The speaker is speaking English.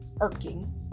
irking